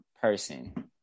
person